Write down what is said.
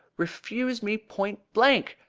refused me point blank!